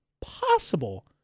possible